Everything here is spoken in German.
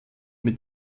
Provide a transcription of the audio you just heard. mit